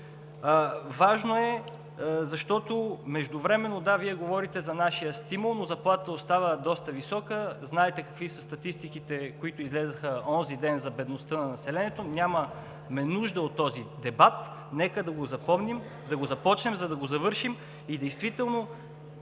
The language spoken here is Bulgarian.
Важно е, защото междувременно – да, Вие говорите за нашия стимул, но заплатата остава доста висока. Знаете какви са статистиките, които излязоха онзи ден за бедността на населението. Нямаме нужда от този дебат. Нека да го започнем, за да го завършим. И действително